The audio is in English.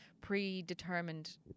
predetermined